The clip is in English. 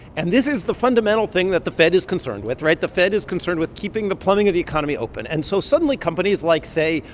and this is the fundamental thing that the fed is concerned with, right? the fed is concerned with keeping the plumbing of the economy open. and so suddenly, companies like, say,